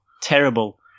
terrible